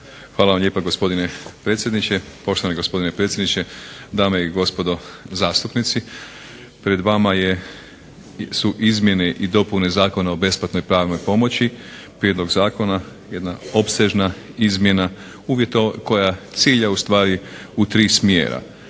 Hvala vam lijepa gospodine predsjedniče. Poštovani gospodine predsjedniče, dame i gospodo zastupnici. Pred vama je, su izmjene i dopune Zakona o besplatnoj pravnoj pomoći, prijedlog zakona, jedna opsežna izmjena koja cilja ustvari u tri smjera.